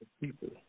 people